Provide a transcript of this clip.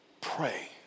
Pray